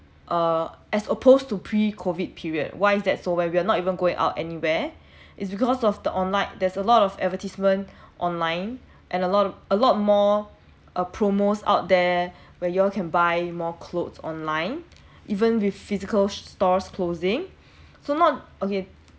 uh as opposed to pre COVID period why is that so where we're not even going out anywhere is because of the online there's a lot of advertisements online and a lot of a lot more uh promos out there where you all can buy more clothes online even with physical stores closing so not okay